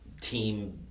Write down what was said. team